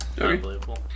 Unbelievable